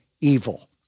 evil